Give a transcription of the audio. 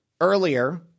earlier